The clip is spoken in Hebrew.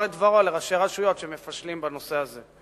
את דברו לראשי רשויות שמפשלים בנושא הזה.